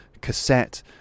cassette